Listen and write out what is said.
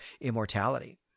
immortality